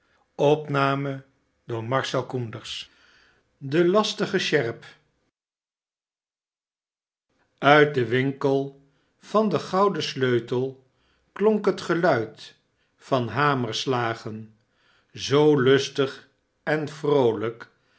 de lastige sjerp uit den winkel van de gouden sleutel klonk het geluid van hamerslagen zoo lustig en vroolijk